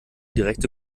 direkte